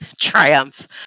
Triumph